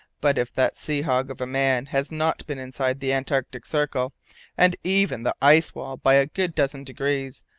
but if that sea-hog of a man has not been inside the antarctic circle and even the ice wall by a good dozen degrees,